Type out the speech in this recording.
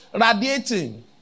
radiating